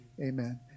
amen